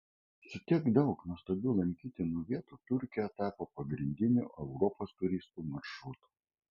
su tiek daug nuostabių lankytinų vietų turkija tapo pagrindiniu europos turistų maršrutu